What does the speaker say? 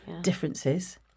differences